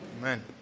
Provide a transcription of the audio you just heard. Amen